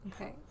Okay